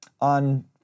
on